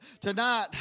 Tonight